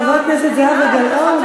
חברת הכנסת זהבה גלאון,